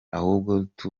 kuzenguruka